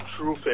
true